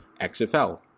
XFL